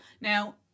now